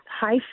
high